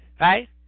Right